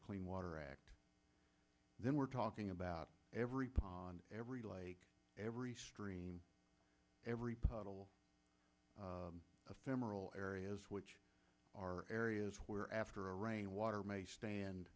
the clean water act then we're talking about every pond every lake every stream every puddle a femoral areas which are areas where after a rain water may stand